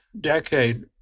decade